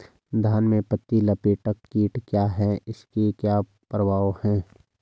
धान में पत्ती लपेटक कीट क्या है इसके क्या प्रभाव हैं?